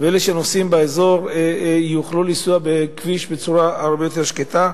ולאלה שנוסעים באזור ושיוכלו לנסוע בכביש בצורה הרבה יותר שקטה.